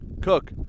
Cook